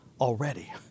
already